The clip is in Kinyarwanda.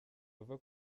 ruva